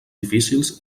difícils